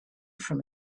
from